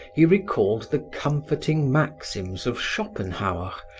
he recalled the comforting maxims of schopenhauer,